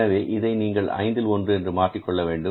எனவே இதை நீங்கள் ஐந்தில் ஒன்று என்று மாற்றிக் கொள்ள வேண்டும்